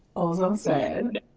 all's i'm saying. and